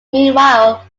meanwhile